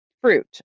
fruit